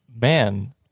Man